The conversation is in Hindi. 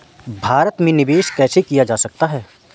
भारत में निवेश कैसे किया जा सकता है?